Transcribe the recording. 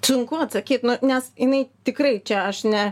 sunku atsakyt nes jinai tikrai čia aš ne